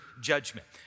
judgment